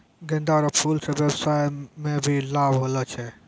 गेंदा रो फूल से व्यबसाय मे भी लाब होलो छै